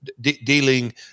dealing